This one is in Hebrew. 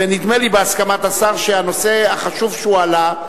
ונדמה לי שבהסכמת השר, שהנושא החשוב שהועלה,